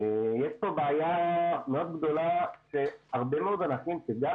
יש פה בעיה מאוד גדולה שהרבה מאוד אנשים שגם